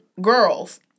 girls